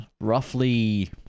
roughly